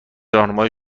راهنمایی